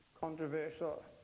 controversial